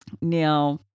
Now